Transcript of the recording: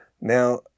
Now